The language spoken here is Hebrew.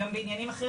גם בעניינים אחרים,